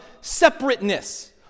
separateness